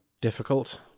difficult